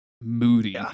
moody